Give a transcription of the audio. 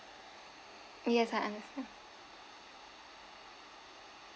yes I understand